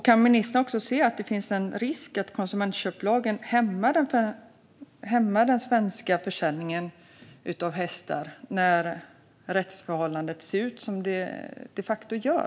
Kan ministern också se att det finns en risk för att konsumentköplagen hämmar den svenska försäljningen av hästar, när rättsförhållandet ser ut som det de facto gör?